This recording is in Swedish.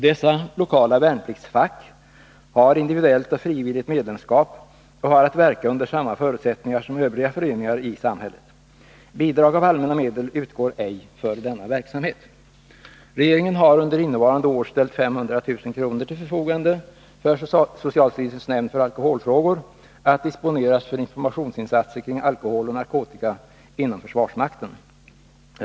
Dessa lokala ”värnpliktsfack” har individuellt och frivilligt medlemskap och har att verka under samma förutsättningar som övriga föreningar i samhället. Bidrag av allmänna medel utgår ej för denna verksamhet. Regeringen har under innevarande år ställt 500 000 kr. till förfogande för socialstyrelsens nämnd för alkoholfrågor att disponeras för informationsinsatser kring alkohol och narkotika inom försvarsmakten.